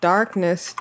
Darkness